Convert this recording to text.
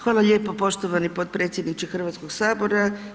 Hvala lijepo poštovani potpredsjedniče Hrvatskog sabora.